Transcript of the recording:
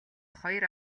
хоёр